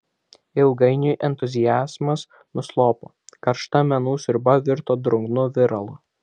ilgainiui entuziazmas nuslopo karšta menų sriuba virto drungnu viralu